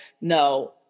no